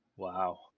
Wow